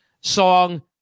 song